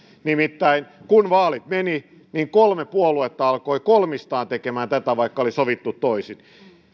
nimittäin kun vaalit menivät kolme puoluetta alkoivat kolmistaan tekemään tätä vaikka oli sovittu toisin